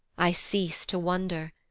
i cease to wonder,